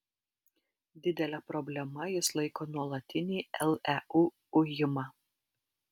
didele problema jis laiko nuolatinį leu ujimą